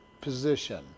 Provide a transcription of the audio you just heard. position